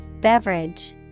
Beverage